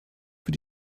für